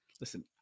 Listen